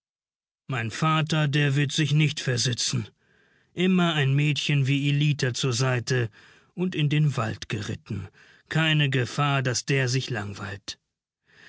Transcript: mein vater der wird sich nicht versitzen immer ein mädchen wie ellita zur seite und in den wald geritten keine gefahr daß der sich langweilt